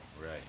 Right